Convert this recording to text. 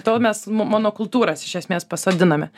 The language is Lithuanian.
to mes m mono kultūras iš esmės pasodiname